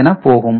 என போகும்